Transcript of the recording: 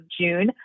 June